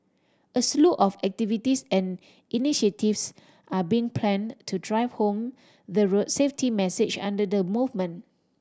a slew of activities and initiatives are being planned to drive home the road safety message under the movement